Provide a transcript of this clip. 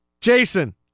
Jason